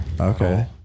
Okay